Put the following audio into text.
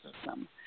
system